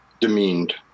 demeaned